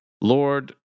Lord